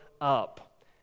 up